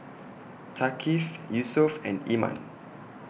Thaqif Yusuf and Iman